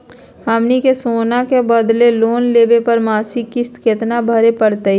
हमनी के सोना के बदले लोन लेवे पर मासिक किस्त केतना भरै परतही हे?